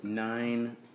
Nine